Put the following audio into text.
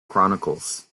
chronicles